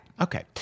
Okay